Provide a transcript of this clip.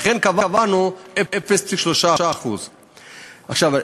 לכן קבענו 0.3%. עכשיו,